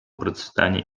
процветания